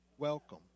Welcome